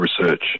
research